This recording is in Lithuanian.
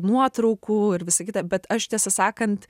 nuotraukų ir visa kita bet aš tiesą sakant